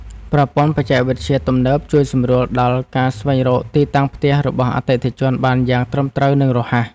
ប្រព័ន្ធបច្ចេកវិទ្យាទំនើបជួយសម្រួលដល់ការស្វែងរកទីតាំងផ្ទះរបស់អតិថិជនបានយ៉ាងត្រឹមត្រូវនិងរហ័ស។